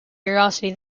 curiosity